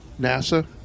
NASA